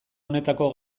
honetako